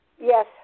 Yes